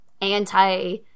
anti-